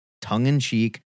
tongue-in-cheek